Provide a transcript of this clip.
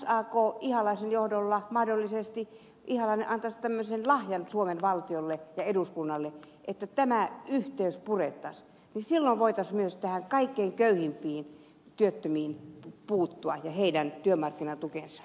vasta silloin kun mahdollisesti ihalainen antaisi tämmöisen lahjan suomen valtiolle ja eduskunnalle että tämä yhteys purettaisiin voitaisiin puuttua myös kaikkein köyhimpien työttömien asemaan ja heidän työmarkkinatukeensa